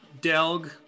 Delg